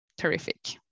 terrific